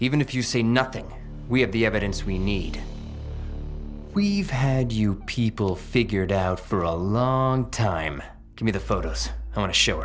even if you see nothing we have the evidence we need we've had you people figured out for a long time to me the photos i want to show